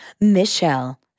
Michelle